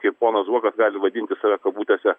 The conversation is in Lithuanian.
kaip ponas zuokas gali vadinti save kabutėse